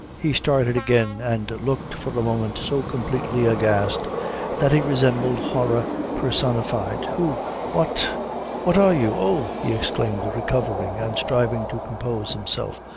he started again, and looked for a moment so completely aghast that he resembled horror personified. who what what are you? oh, he exclaimed, recovering, and striving to compose himself,